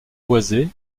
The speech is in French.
boisées